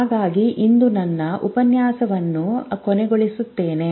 ಹಾಗಾಗಿ ಇಂದು ನನ್ನ ಉಪನ್ಯಾಸವನ್ನು ಕೊನೆಗೊಳಿಸುತ್ತೇನೆ